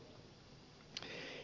ssä